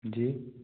जी